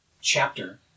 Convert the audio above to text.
chapter